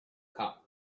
cup